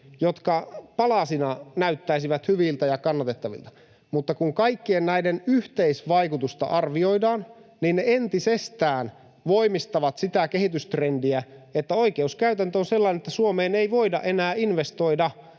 jotka palasina näyttäisivät hyviltä ja kannatettavilta, mutta kun kaikkien näiden yhteisvaikutusta arvioidaan, niin ne entisestään voimistavat sitä kehitystrendiä, että oikeuskäytäntö on sellainen, että Suomeen ei voida enää investoida,